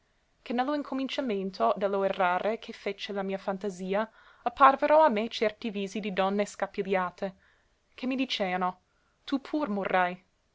che ne lo incominciamento de lo errare che fece la mia fantasia apparvero a me certi visi di donne scapigliate che mi diceano tu pur morrai